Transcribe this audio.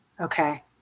Okay